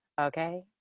okay